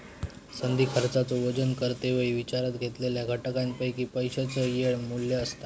संधी खर्चाचो वजन करते वेळी विचारात घेतलेल्या घटकांपैकी पैशाचो येळ मू्ल्य असा